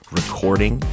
recording